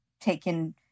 taken